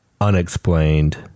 unexplained